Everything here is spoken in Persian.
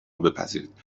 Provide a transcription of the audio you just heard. بپذیرید